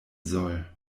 soll